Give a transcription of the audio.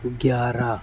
گیارہ